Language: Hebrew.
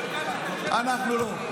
אנחנו לא,